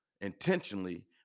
intentionally